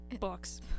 Books